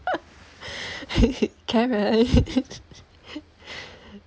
can I